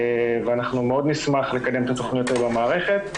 ואנחנו מאוד נשמח לקדם את התכניות האלה במערכת.